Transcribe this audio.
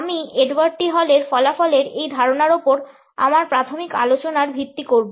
আমি Edward T হলের ফলাফলের এই ধারণার উপর আমার প্রাথমিক আলোচনার ভিত্তি করব